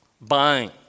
buying